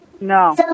No